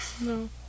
No